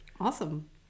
awesome